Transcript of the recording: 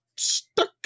stuck